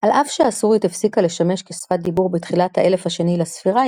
על אף שהסורית הפסיקה לשמש כשפת דיבור בתחילת האלף השני לספירה,